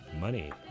Money